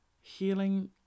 Healing